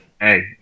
Hey